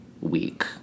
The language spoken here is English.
week